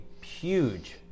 huge